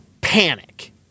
panic